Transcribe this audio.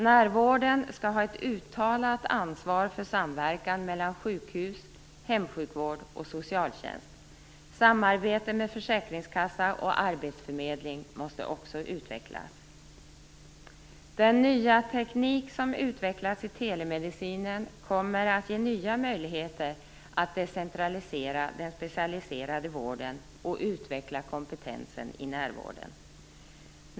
Närvården skall ha ett uttalat ansvar för samverkan mellan sjukhus, hemsjukvård och socialtjänst. Samarbete med försäkringskassa och arbetsförmedling måste också utvecklas. Den nya teknik som utvecklats i telemedicinen kommer att ge nya möjligheter att decentralisera den specialiserade vården och utveckla kompetensen i närvården.